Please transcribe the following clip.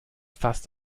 fast